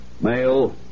Male